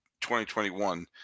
2021